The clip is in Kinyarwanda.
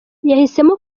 yahisemo